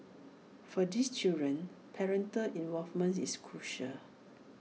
for these children parental involvement is crucial